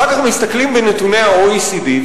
אחר כך מסתכלים בנתוני ה-OECD,